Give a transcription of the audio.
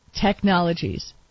technologies